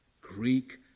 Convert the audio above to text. Greek